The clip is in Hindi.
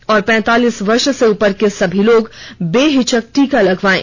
और पैंतालीस वर्ष से उपर के सभी लोग बेहिचक टीका लगवायें